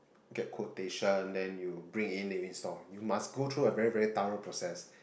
get quotation then you bring in then you install you must go through a very very thorough process